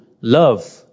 love